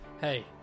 hey